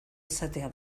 izatea